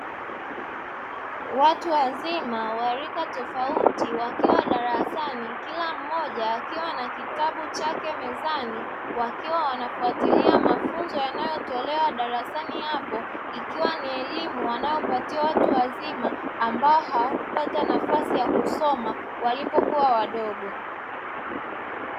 Watu wazima wa rika tofauti wakiwa darasani kila mmoja akiwa na kitabu chake mezani, wakiwa wanafuatilia mafunzo yanayotolewa darasani hapo, ikiwa ni elimu wanayopatiwa watu wazima ambao hawakupata nafasi ya kusoma walipokua wadogo.